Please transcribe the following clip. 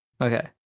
Okay